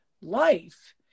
life